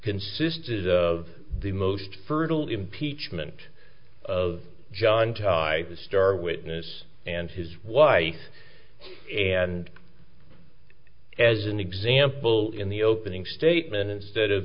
consisted of the most fertile impeachment of john ty the star witness and his wife and as an example in the opening statement instead of